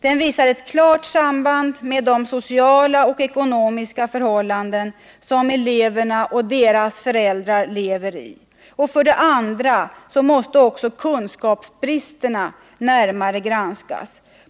Den visar ett klart samband med de sociala och ekonomiska förhållanden som eleverna och deras föräldrar lever under. För det andra måste också kunskapsbristerna granskas närmare.